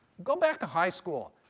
go back to high school.